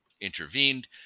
intervened